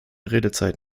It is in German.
redezeit